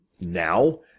now